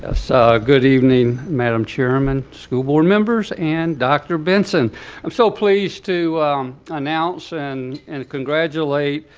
ah so good evening, madam chairman, school board members, and dr. benson. i'm so pleased to announce and and congratulate.